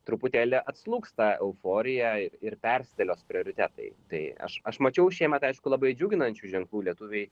truputėlį atslūgs ta euforija ir persidėlios prioritetai tai aš aš mačiau šiemet aišku labai džiuginančių ženklų lietuviai